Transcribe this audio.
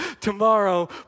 tomorrow